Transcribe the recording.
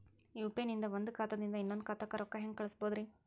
UPI ನಿಂದ ಒಂದ್ ಖಾತಾದಿಂದ ಇನ್ನೊಂದು ಖಾತಾಕ್ಕ ರೊಕ್ಕ ಹೆಂಗ್ ಕಳಸ್ಬೋದೇನ್ರಿ?